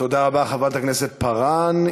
חברת הכנסת פארן.